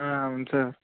అవును సార్